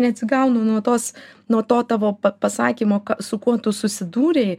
neatsigaunu nuo tos nuo to tavo pasakymo su kuo tu susidūrei